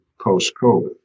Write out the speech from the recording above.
post-COVID